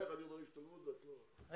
איך אני אומר השתלבות ואת לא קפצת?